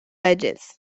edges